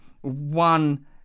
one